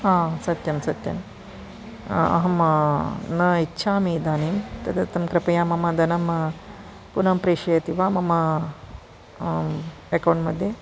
हा सत्यं सत्यं अहं न इच्छामि इदानीं तदर्थं कृपया मम दनं पुनः प्रेषयति वा मम अकौण्ट् मध्ये